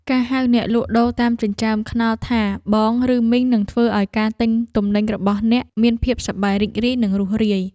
ការហៅអ្នកលក់ដូរតាមចិញ្ចើមថ្នល់ថាបងឬមីងនឹងធ្វើឱ្យការទិញទំនិញរបស់អ្នកមានភាពសប្បាយរីករាយនិងរួសរាយ។